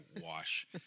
wash